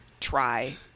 try